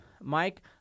Mike